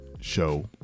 show